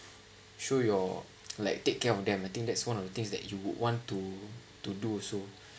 show your like take care of them I think that's one of the things that you would want to to do also